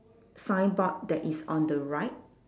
signboard that is on the right